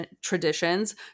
traditions